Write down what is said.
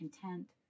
content